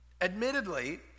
admittedly